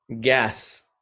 gas